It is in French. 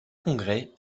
congrès